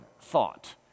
thought